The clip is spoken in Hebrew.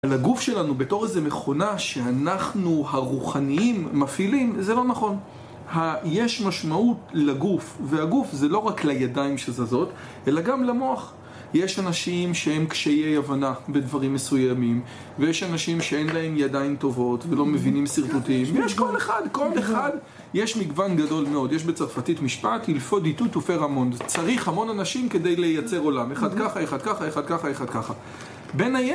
לגוף שלנו, בתור איזה מכונה שאנחנו הרוחניים מפעילים, זה לא נכון. יש משמעות לגוף, והגוף זה לא רק לידיים שזזות, אלא גם למוח. יש אנשים שהם קשייי הבנה בדברים מסוימים, ויש אנשים שאין להם ידיים טובות ולא מבינים שרטוטים, ויש כל אחד, כל אחד, יש מגוון גדול מאוד. יש בצרפתית משפט, אלפו די תו תופה רמון. צריך המון אנשים כדי לייצר עולם. אחד ככה, אחד ככה, אחד ככה, אחד ככה.